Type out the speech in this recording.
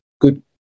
good